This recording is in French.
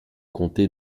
comté